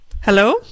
Hello